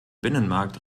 binnenmarkt